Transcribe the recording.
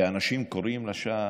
והאנשים קוראים לה שם,